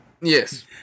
Yes